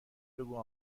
بگو